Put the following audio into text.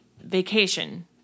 vacation